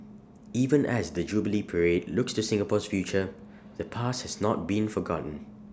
even as the jubilee parade looks to Singapore's future the past has not been forgotten